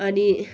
अनि